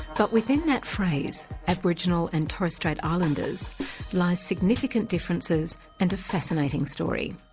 but within that phrase, aboriginal and torres strait islanders lies significant differences and a fascinating story.